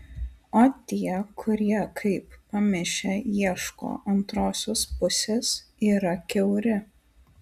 o tie kurie kaip pamišę ieško antrosios pusės yra kiauri